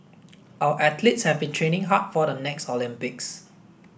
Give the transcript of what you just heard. our athletes have been training hard for the next Olympics